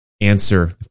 answer